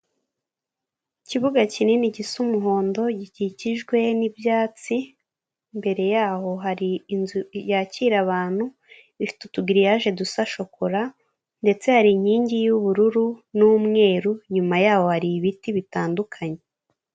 Ikibuga kinini gisa umuhondo gikikijwe n'ibyatsi imbere yaho hari inzu yakira abantu ifite utugiriyaje dusa shokora ndetse hari inkingi y'ubururu n'umweru inyuma yaho hari ibiti bitandukanye.